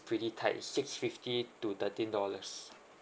pretty tight six fifty two thirteen dollars